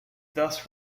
thus